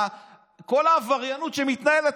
כל העבריינות שמתנהלת,